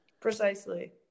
Precisely